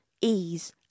ease